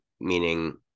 meaning